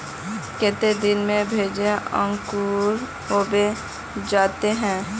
केते दिन में भेज अंकूर होबे जयते है?